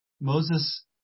Moses